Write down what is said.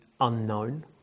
unknown